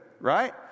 right